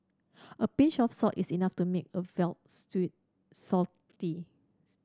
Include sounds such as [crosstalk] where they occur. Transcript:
a pinch of salt is enough to make a veal stew [unintelligible]